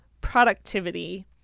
productivity